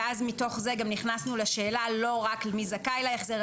ומתוך זה נכנסנו לשאלה לא רק מי זכאי להחזר,